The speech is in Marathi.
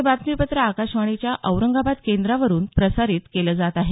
हे बातमीपत्र आकाशवाणीच्या औरंगाबाद केंद्रावरून प्रसारित केलं जात आहे